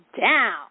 down